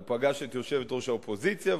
הוא פגש את יושבת-ראש האופוזיציה,